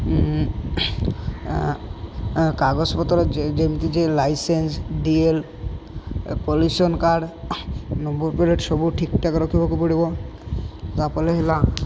କାଗଜପତ୍ର ଯେମିତି ଯେ licence D L pollution card number plate ସବୁ ଠିକ୍ଠାକ୍ ରଖିବାକୁ ପଡ଼ିବ ତା'ପରେ ହେଲା